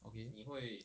okay